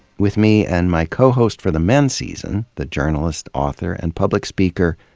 with me and my co-host for the men season, the journalist, author, and public speaker,